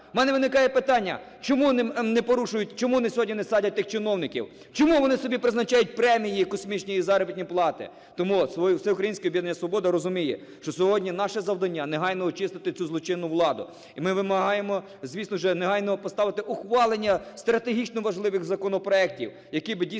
В мене виникає питання, чому сьогодні не садять тих чиновників? Чому вони собі призначають премії космічні і заробітні плати? Тому Всеукраїнське об'єднання "Свобода" розуміє, що сьогодні наше завдання - негайно очистити цю злочинну владу. І ми вимагаємо, звісно, вже негайно поставити ухвалення стратегічно важливих законопроектів, які би дійсно